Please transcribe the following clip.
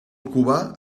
cubà